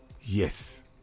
Yes